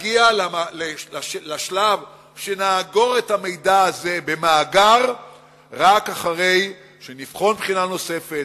נגיע לשלב שנאגור את המידע הזה במאגר רק אחרי שנבחן בחינה נוספת,